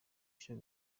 cyo